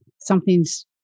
something's